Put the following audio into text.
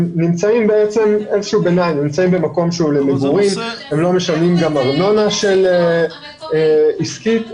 הם גם לא משלמים ארנונה עסקית.